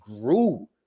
grew